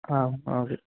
ആ ഓക്കേ